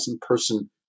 person